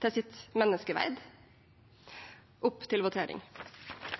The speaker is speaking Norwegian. til sitt menneskeverd. Da har representanten Une Bastholm tatt opp de forslagene hun refererte til.